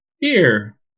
beer